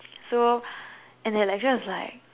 so and the lecturer was like